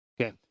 Okay